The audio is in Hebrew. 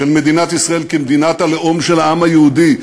של מדינת ישראל כמדינת הלאום של העם היהודי,